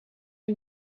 you